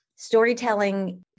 Storytelling